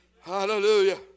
Hallelujah